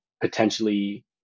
potentially